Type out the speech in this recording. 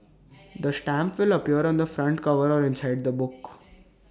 the stamp will appear on the front cover or inside the book